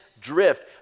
drift